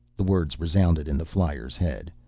the words resounded in the flyer's head.